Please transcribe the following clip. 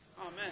Amen